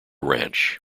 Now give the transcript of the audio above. ranch